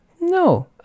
no